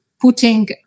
putting